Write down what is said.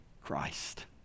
Christ